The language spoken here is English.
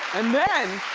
and then